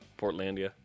Portlandia